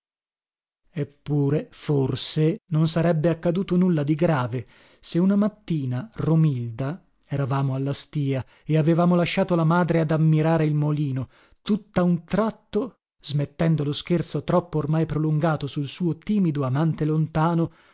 eppure forse non sarebbe accaduto nulla di grave se una mattina romilda eravamo alla stìa e avevamo lasciato la madre ad ammirare il molino tutta un tratto smettendo lo scherzo troppo ormai prolungato sul suo timido amante lontano